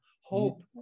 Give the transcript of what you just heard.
hope